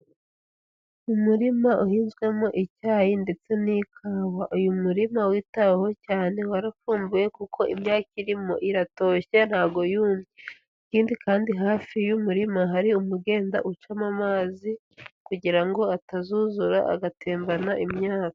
Umurima uhinzwemo icyayi ndetse n'ikawa, uyu murima witaweho cyane warafumbiwe kuko imyaka irimo iratoshye ntago yumye, ikindi kandi hafi y'umurima hari umugenda ucamo amazi, kugira ngo atazuzura agatembana imyaka.